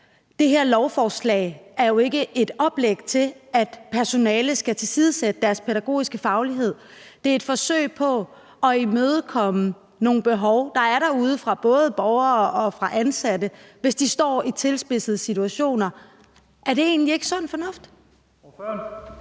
Det her lovforslag er ikke et oplæg til, at personalet skal tilsidesætte deres pædagogiske faglighed. Det er et forsøg på at imødekomme nogle behov, der er derude, både fra borgere og ansatte, hvis de står i tilspidsede situationer. Er det egentlig ikke sund fornuft?